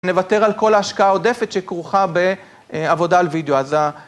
נוותר על כל ההשקעה העודפת שכרוכה בעבודה על וידאו. אז ה...